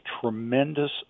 tremendous